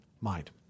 mind